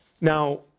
Now